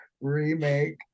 remake